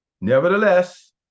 Nevertheless